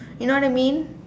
you know what I mean